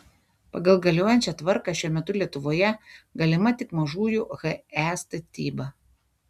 pagal galiojančią tvarką šiuo metu lietuvoje galima tik mažųjų he statyba